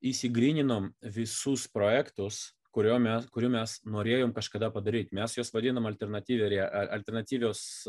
išsigryninom visus projektus kurio mes kurių mes norėjom kažkada padaryt mes juos vadiname alternatyvia alternatyvios